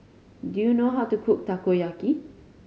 do you know how to cook Takoyaki